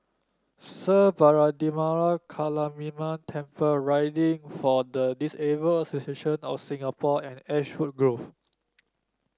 Sri Vairavimada Kaliamman Temple Riding for the Disabled Association of Singapore and Ashwood Grove